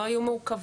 לא היו מעוכבים,